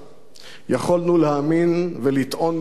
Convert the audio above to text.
יכולנו להאמין ולטעון בתום לב